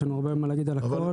יש לנו הרבה מה להגיד על הכל.